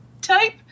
type